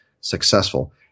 successful